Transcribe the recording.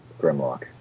Grimlock